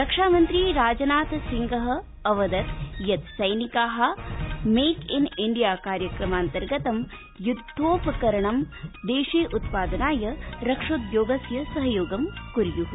रक्षामन्त्री राजनाथ सिंहः सैनिकान् अवदत् यत् ते मेक इन इण्डिया कार्यक्रमान्तर्गत युद्धकोपकरणानि देशे उत्पादनाय रक्षोद्योगस्य सहयोगं कुर्यात्